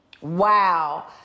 Wow